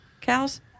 cows